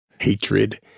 hatred—